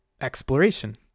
exploration